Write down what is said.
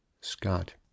Scott